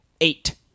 eight